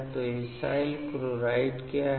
तो acyl chloride क्या है